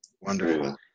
Wonderful